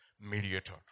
mediator